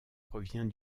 provient